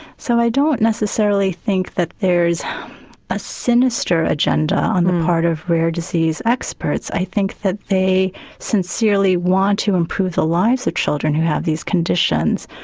so i don't necessarily think that there is a sinister agenda on the part of rare disease experts, i think that they sincerely want to improve the lives of children who have these conditions.